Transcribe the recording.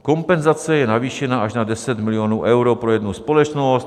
Kompenzace je navýšena až na 10 milionů euro pro jednu společnost.